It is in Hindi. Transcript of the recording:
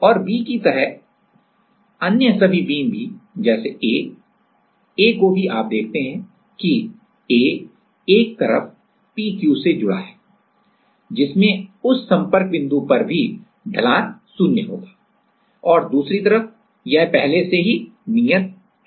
और B की तरह अन्य सभी बीम भी जैसे A A को भी आप देखते हैं कि A एक तरफ P Q से जुड़ा है जिसमें उस संपर्क बिंदु पर भी ढलान शून्य होगा और दूसरी तरफ यह पहले से ही नियत है